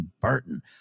Burton